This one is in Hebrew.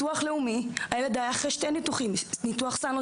הניתוח עבר שני ניתוחים כשאחד מהניתוחים